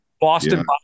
Boston